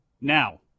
Now